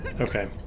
okay